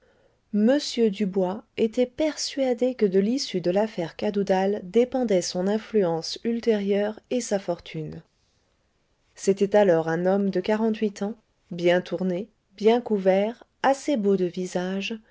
m dubois était persuadé que de l'issue de l'affaire cadoudal dépendaient son influence ultérieure et sa fortune c'était alors un homme de quarante-huit ans bien tourné bien couvert assez beau de visage